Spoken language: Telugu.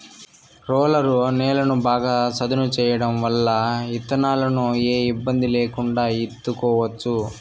రోలరు నేలను బాగా సదును చేయడం వల్ల ఇత్తనాలను ఏ ఇబ్బంది లేకుండా ఇత్తుకోవచ్చు